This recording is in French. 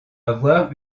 avoir